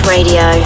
Radio